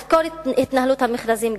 לחקור את התנהלות המכרזים,